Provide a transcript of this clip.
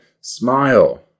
Smile